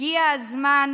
הגיע הזמן,